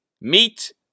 meet